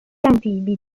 anfibi